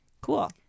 Cool